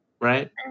right